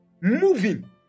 moving